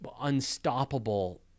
unstoppable